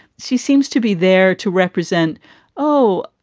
she seems to be there to represent oh,